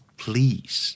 please